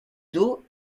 dos